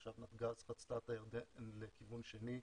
עכשיו נתג"ז חצתה את הידן לכיוון שני,